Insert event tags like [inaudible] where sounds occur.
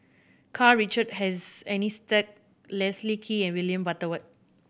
Karl Richard [unintelligible] Leslie Kee and William Butterworth